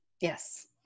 Yes